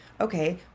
okay